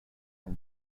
can